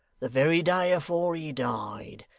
the very day afore he died,